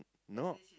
no